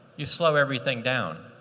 you slow everything down.